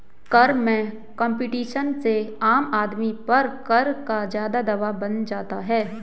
कर में कम्पटीशन से आम आदमी पर कर का ज़्यादा दवाब बन जाता है